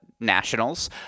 nationals